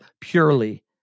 purely